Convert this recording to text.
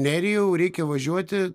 nerijau reikia važiuoti